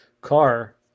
car